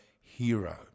hero